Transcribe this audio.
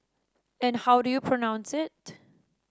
and how do you pronounce it